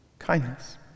kindness